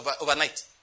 overnight